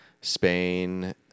Spain